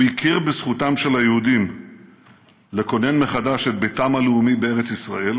הוא הכיר בזכותם של היהודים לכונן מחדש את ביתם הלאומי בארץ ישראל,